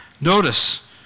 Notice